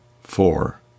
four